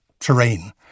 terrain